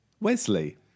Wesley